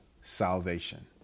salvation